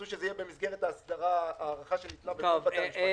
שזה יהיה במסגרת ההארכה של בתי המשפט.